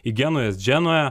į genujos dženą